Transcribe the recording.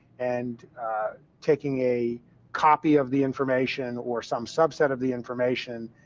and taking a copy of the information or some subset of the information,